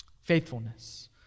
Faithfulness